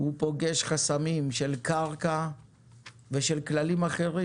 הוא פוגש חסמים של קרקע ושל כללים אחרים